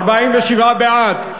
בעד,